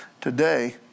Today